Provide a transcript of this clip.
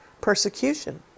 persecution